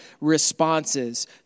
responses